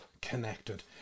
connected